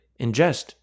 ingest